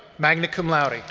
magna cum laude.